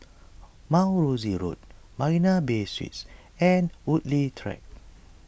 Mount Rosie Road Marina Bay Suites and Woodleigh Track